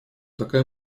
такая